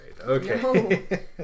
Okay